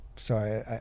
sorry